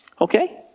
Okay